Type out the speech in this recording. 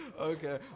Okay